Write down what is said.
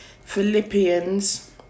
Philippians